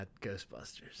ghostbusters